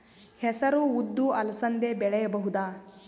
ಹೆಸರು ಉದ್ದು ಅಲಸಂದೆ ಬೆಳೆಯಬಹುದಾ?